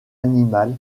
animal